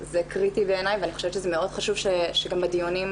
זה קריטי בעיני ואני חושבת שמאוד חשוב שגם בדיונים